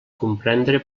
comprendre